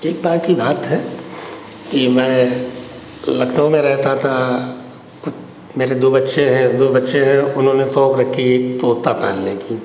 एक बार की बात है कि मैं लखनऊ में रहता था मेरे दो बच्चे हैं दो बच्चे हैं उन्होंने शौक रखी तोता पालने की